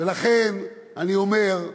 ולכן אני אומר: